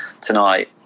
tonight